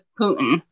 Putin